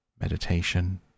meditation